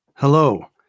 Hello